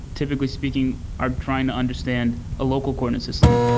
typically speaking, are trying to understand a local coordinate system.